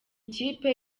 kipe